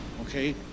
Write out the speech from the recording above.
Okay